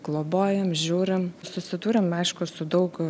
globojam žiūrim susidūrėm aišku su daug